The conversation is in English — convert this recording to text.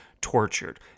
tortured